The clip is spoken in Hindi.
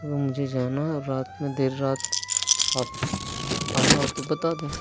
वह मुझे जाना है और रात में देर रात आप आ जाओ तो बता दो